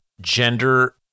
gender